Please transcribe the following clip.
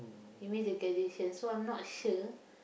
he miss the graduation so I'm not sure